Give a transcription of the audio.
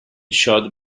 shot